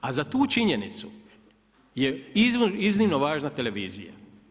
A za tu činjenicu je iznimno važna televizija.